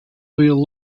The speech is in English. will